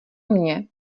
mně